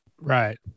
Right